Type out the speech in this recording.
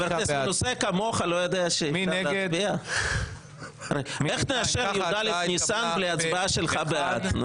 הצבעה נתקבלה אם כך, ההצעה התקבלה פה אחד.